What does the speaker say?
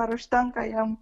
ar užtenka jiem